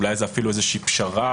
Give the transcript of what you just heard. אולי זאת אפילו איזושהי פשרה,